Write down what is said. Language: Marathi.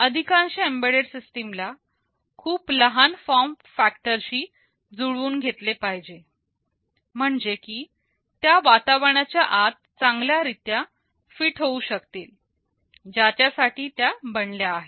अधिकांश एम्बेडेड सिस्टीम ला खूप लहान फॉर्म फॅक्टरशी जुळवून घेतले पाहिजे म्हणजे की त्या वातावरणाच्या आत चांगल्या रीत्या फिट होऊ शकतील ज्याच्यासाठी त्या बनल्या आहेत